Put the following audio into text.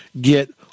get